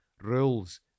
rules